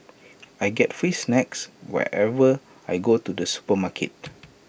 I get free snacks whenever I go to the supermarket